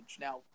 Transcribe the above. now